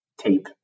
tape